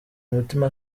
umutima